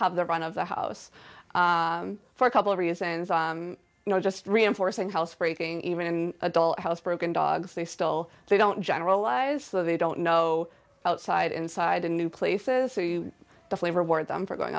have the run of the house for a couple of reasons you know just reinforcing housebreaking even adult housebroken dogs they still they don't generalize they don't know outside inside in new places so you the flavor ward them for going